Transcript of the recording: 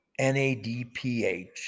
NADPH